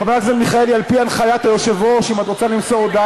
התשע"ה 2015, לוועדה